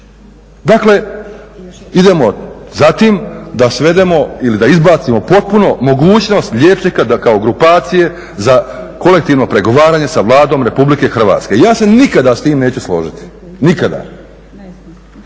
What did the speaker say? Dakle, idemo za tim da svedemo ili da izbacimo potpuno mogućnost liječnika da kao grupacije za kolektivno pregovaranje sa Vladom RH. Ja se nikada s tim neću složiti, nikada.